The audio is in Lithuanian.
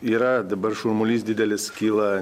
yra dabar šurmulys didelis kyla